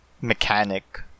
mechanic